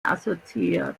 assoziiert